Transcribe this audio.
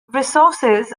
resources